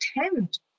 attempt